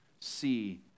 see